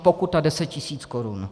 Pokuta deset tisíc korun!